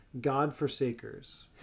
God-forsakers